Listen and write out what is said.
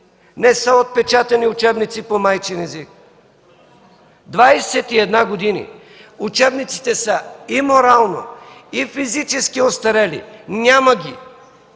не са отпечатани учебници по майчин език. Двадесет и една години! Учебниците са и морално, и физически остарели. Няма ги!